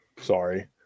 Sorry